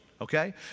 okay